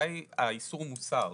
מתי האיסור מוסר,